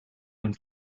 und